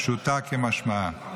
פשוטו כמשמעו.